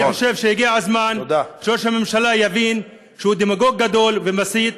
אני חושב שהגיע הזמן שראש הממשלה יבין שהוא דמגוג גדול ומסית,